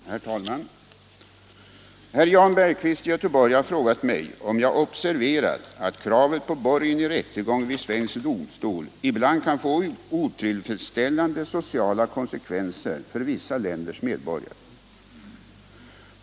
Herr talman! Herr Jan Bergqvist i Göteborg har frågat mig om jag observerat att kravet på borgen i rättegång vid svensk domstol ibland kan få otillfredsställande sociala konsekvenser för vissa länders medborgare.